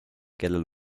kellel